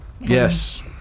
Yes